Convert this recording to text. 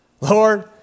Lord